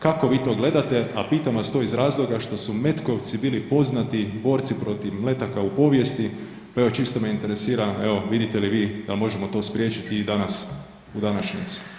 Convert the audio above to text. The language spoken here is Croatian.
Kako vi to gledate, a pitam vas to iz razloga što su Metkovci bili poznati borci protiv Mletaka u povijesti, pa evo čisto me interesira, evo vidite li vi da možemo to spriječiti i danas u današnjici?